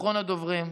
אחרון הדוברים.